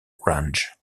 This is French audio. range